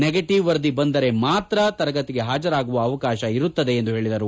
negative ನವರದಿ ಬಂದರೆ ಮಾತ್ರ ತರಗತಿಗೆ ಹಾಜರಾಗುವ ಅವಕಾಶ ಇರುತ್ತದೆ ಎಂದು ತಿಳಿಸಿದ್ದಾರೆ